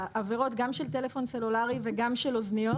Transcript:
העבירות גם של טלפון סלולרי וגם של אוזניות